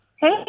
Hey